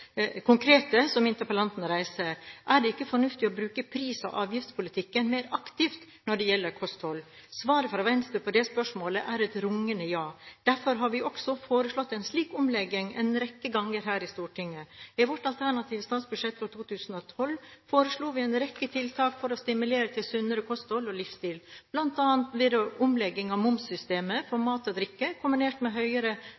som interpellanten reiser: Er det ikke fornuftig å bruke pris- og avgiftspolitikken mer aktivt når det gjelder kosthold? Svaret fra Venstre på det spørsmålet er et rungende ja. Derfor har vi også foreslått en slik omlegging en rekke ganger her i Stortinget. I vårt alternative statsbudsjett for 2012 foreslo vi en rekke tiltak for å stimulere til sunnere kosthold og livsstil, bl.a. ved omlegging av momssystemet for